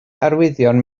arwyddion